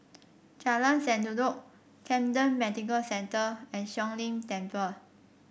Jalan Sendudok Camden Medical Centre and Siong Lim Temple